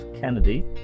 kennedy